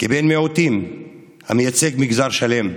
כבן מיעוטים המייצג מגזר שלם,